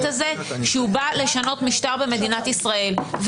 הזה שהוא בא לשנות משטר במדינת ישראל.